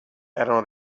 erano